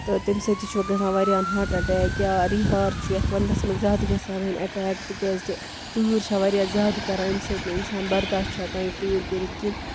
تہٕ تَمہِ سۭتۍ تہِ چھُو گژھان واریاہَن ہاٹ اٮ۪ٹیک کیٛاہ ری ہار چھُ یَتھ وَندَس منٛز زیادٕ گژھان وۄنۍ اٮ۪ٹیک تِکیٛاز تہِ تۭر چھےٚ واریاہ زیادٕ کَران أمۍ سۭتۍ نہٕ اِنسان بَرداش چھُ ہٮ۪کان یہِ تۭر کٔرِتھ کِہیٖنۍ